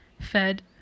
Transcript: fed